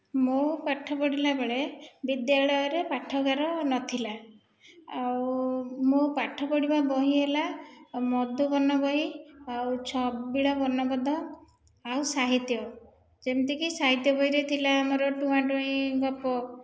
ମୁଁ ପାଠ ପଢ଼ିଲା ବେଳେ ବିଦ୍ୟାଳୟରେ ପାଠାଗାର ନଥିଲା ଆଉ ମୁଁ ପାଠ ପଢ଼ିବା ବହି ହେଲା ମଧୁବନ ବହି ଆଉ ଛବିଳ ବର୍ଣ୍ଣବୋଧ ଆଉ ସାହିତ୍ୟ ଯେମତିକି ସାହିତ୍ୟ ବହିରେ ଥିଲା ଆମର ଟୁଆଁ ଟୁଇଁ ଗପ